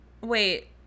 wait